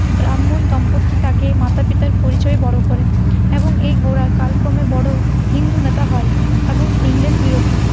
ব্রাহ্মণ দম্পত্তি তাকে মাতা পিতার পরিচয়ে বড়ো করে এবং এই গোরা কালক্রমে বড়ো হিন্দু নেতা হয় এবং ইংরেজবিরোধী